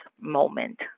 moment